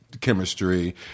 chemistry